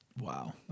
Wow